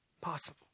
Possible